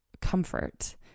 comfort